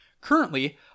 Currently